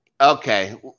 Okay